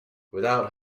without